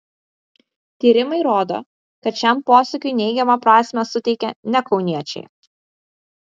tyrimai rodo kad šiam posakiui neigiamą prasmę suteikia ne kauniečiai